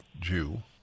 Jew